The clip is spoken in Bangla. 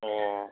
ও